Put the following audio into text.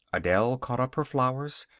adele caught up her flowers.